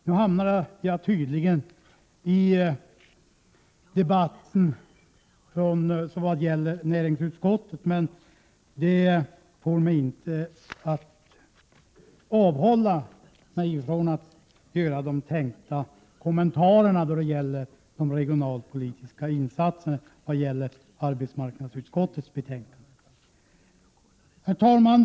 Nu har jag tydligen hamnat i den debatt som gäller näringsutskottets betänkande, men det får mig inte att avhålla mig från att göra de tänkta kommentarerna till arbetsmarknadsutskottets betänkande om de regionalpolitiska insatserna. Herr talman!